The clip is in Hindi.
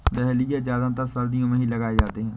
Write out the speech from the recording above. डहलिया ज्यादातर सर्दियो मे ही लगाये जाते है